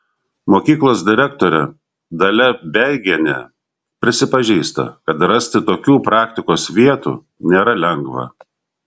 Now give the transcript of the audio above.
mokyklos direktorė dalia beigienė prisipažįsta kad rasti tokių praktikos vietų nėra lengva